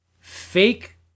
fake